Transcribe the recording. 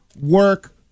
work